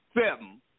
Seven